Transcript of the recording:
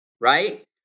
right